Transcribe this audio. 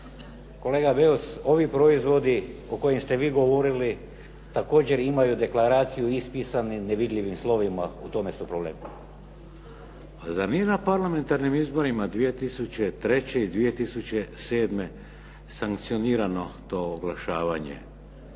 Kolega Beus, ovi proizvodi o kojim ste vi govorili također imaju deklaraciju ispisanim nevidljivim slovima. U tome su problem. **Šeks, Vladimir (HDZ)** A zar nije na parlamentarnim izborima 2003. i 2007. sankcionirano to oglašavanje,